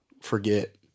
forget